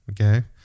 okay